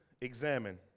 examine